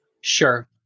Sure